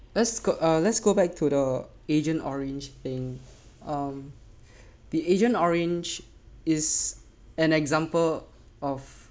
let's go let's go back to the agent orange in um the agent orange is an example of